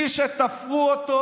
אומר שמי שתפרו אותו